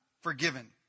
forgiven